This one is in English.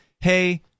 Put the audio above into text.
hey